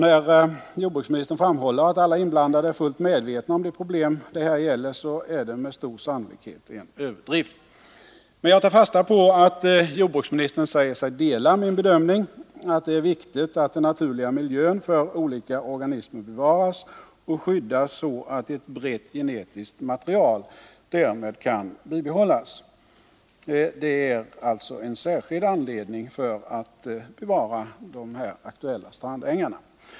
När jordbruksministern framhåller att alla inblandade är fullt medvetna om de problem det här gäller, så är det med stor sannolikhet en överdrift. Men jag tar fasta på att jordbruksministern säger sig dela min bedömning att det är viktigt att den naturliga miljön för olika organismer bevaras och skyddas, så att ett brett genetiskt material därmed kan bibehållas. Detta är alltså en särskild anledning att bevara de aktuella strandängarna.